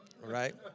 right